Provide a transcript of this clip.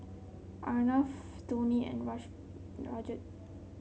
Arnab Dhoni and Rajat